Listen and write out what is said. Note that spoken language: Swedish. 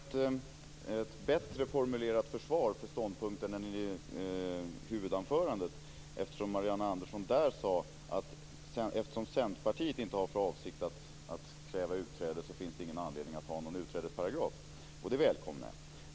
Fru talman! Det var ett bättre formulerat försvar för ståndpunkten än i huvudanförandet - där Marianne Andersson sade att eftersom Centerpartiet inte har för avsikt att kräva utträde, finns det ingen anledning att ha någon utträdesparagraf - och det välkomnar jag.